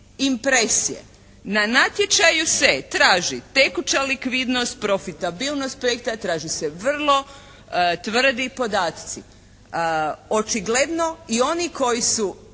impresije. Na natječaju se traži tekuća likvidnost, profitabilnost projekta, traži se vrlo tvrdi podaci. Očigledno i oni koji su